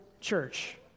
church